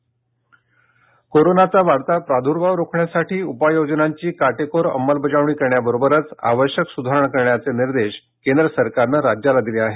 केंद्र राज्य कोरोना कोरोनाचा वाढता प्रादूर्भाव रोखण्यासाठी उपाययोजनांची काटेकोर अंमलबजावणी करण्याबरोबरच आवश्यक सुधारणा करण्याचे निर्देश केंद्र सरकारनं राज्याला दिले आहेत